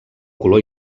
color